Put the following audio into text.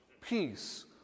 peace